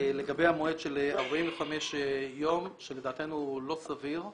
לגבי המועד של 45 יום שלדעתנו הוא לא סביר,